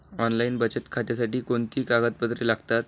Online बचत खात्यासाठी कोणती कागदपत्रे लागतात?